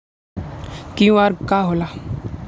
QR का होला?